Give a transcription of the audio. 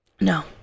No